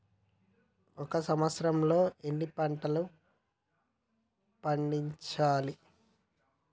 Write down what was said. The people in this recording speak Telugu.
ఒక సంవత్సరంలో ఎన్ని పంటలు పండించాలే?